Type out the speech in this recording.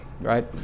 right